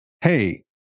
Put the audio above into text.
hey